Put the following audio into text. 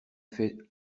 fait